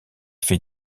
fait